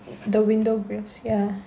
the window grills ya